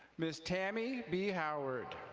ms. tammy b. howard.